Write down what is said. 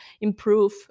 improve